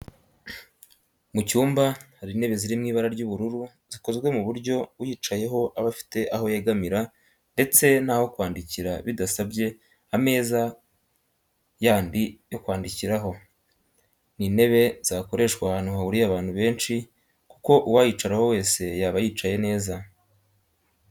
Mu cyumba hari intebe ziri mu ibara ry'ubururu zikozwe ku buryo uyicayeho aba afite aho yegamira ndetse n'aho kwandikira bidasabye ameza yandi yo kwandikiraho. Ni intebe zakoreshwa ahantu hahuriye abantu benshi kuko uwayicaraho wese yaba yicaye neza